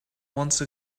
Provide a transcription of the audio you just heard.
once